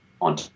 on